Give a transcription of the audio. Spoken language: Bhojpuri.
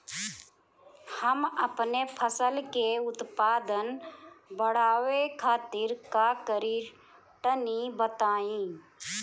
हम अपने फसल के उत्पादन बड़ावे खातिर का करी टनी बताई?